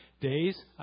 days